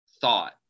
thought